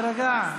תירגע.